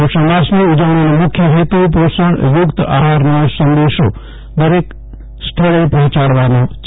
પોષણ માસની ઉજવણીનો મુખ્ય હેતુ પોષણયુક્ત આહારનો સંદેશો દેશના દરેક સ્થળે પહોંચાડવાનો છે